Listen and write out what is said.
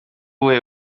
ubuhe